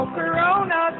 corona